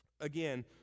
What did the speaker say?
again